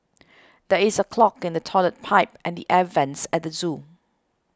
there is a clog in the Toilet Pipe and the Air Vents at the zoo